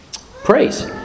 praise